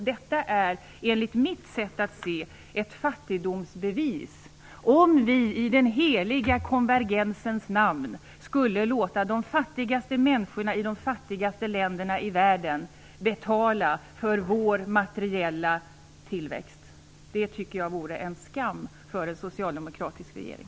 Det är, enligt mitt sätt att se, ett fattigdomsbevis om vi i den heliga konvergensens namn skulle låta de fattigaste människorna i de fattigaste länderna i världen betala för vår materiella tillväxt. Det tycker jag vore en skam för en socialdemokratisk regering.